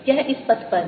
यह इस पथ पर है